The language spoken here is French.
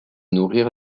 nourrir